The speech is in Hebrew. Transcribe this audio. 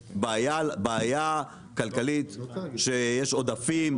אנחנו הצענו שכשיש בעיה כלכלית כשיש עודפים,